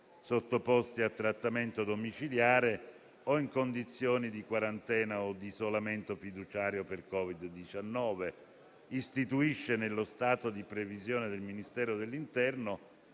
sottoposti a trattamento domiciliare o in condizioni di quarantena o di isolamento fiduciario per Covid-19. Il provvedimento istituisce altresì, nello stato di previsione del Ministero dell'interno,